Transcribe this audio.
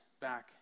back